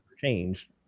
Changed